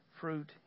fruit